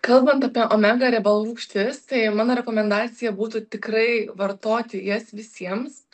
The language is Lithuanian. kalbant apie omega riebalų rūgštis tai mano rekomendacija būtų tikrai vartoti jas visiems